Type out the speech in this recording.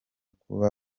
kuba